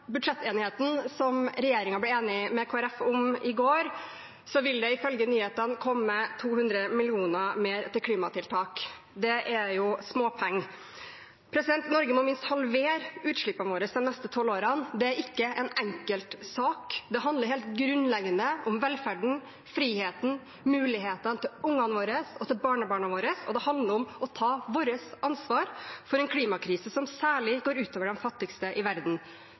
som regjeringen ble enig med Kristelig Folkeparti om i går, vil det ifølge nyhetene komme 200 mill. kr mer til klimatiltak. Det er småpenger. Norge må minst halvere utslippene sine de neste tolv årene. Det er ikke en enkeltsak. Det handler helt grunnleggende om velferden, friheten, mulighetene for ungene og barnebarna våre, og det handler om å ta vårt ansvar for en klimakrise som særlig går ut over de fattigste i verden.